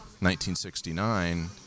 1969